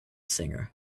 singer